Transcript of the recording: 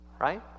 Right